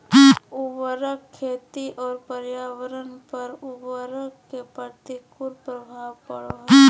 उर्वरक खेती और पर्यावरण पर उर्वरक के प्रतिकूल प्रभाव पड़ो हइ